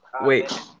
Wait